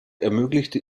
ermöglichte